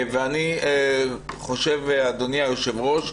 אני חושב, אדוני היושב ראש,